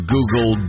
Google